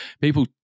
people